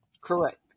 correct